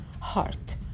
heart